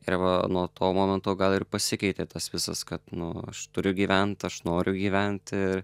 ir va nuo to momento gal ir pasikeitė tas visas kad nu aš turiu gyvent aš noriu gyventi ir